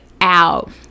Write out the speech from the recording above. out